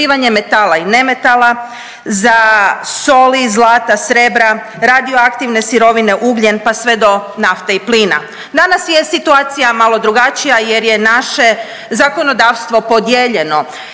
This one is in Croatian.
za dobivanje metala i nemetala, za soli, zlata, srebra, radioaktivne sirovine ugljen pa sve do nafte i plina. Danas je situacija malo drugačija jer je naše zakonodavstvo podijeljeno